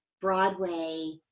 Broadway